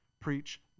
preach